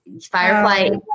firefly